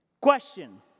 Question